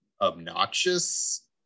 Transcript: Obnoxious